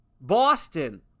Boston